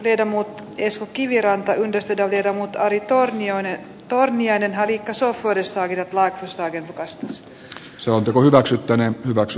tiedä mutta esko kiviranta ylisti ja viedä mutta ari torniainen torniainen harrikassaosuudessaan laitostakin vastus tuntuu hyväksyttäneen hyväks